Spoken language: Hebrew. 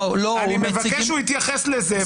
אני מבקש שהוא יתייחס לזה,